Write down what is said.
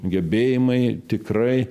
gebėjimai tikrai